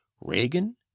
Reagan